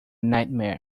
nightmare